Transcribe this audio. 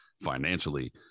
financially